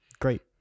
Great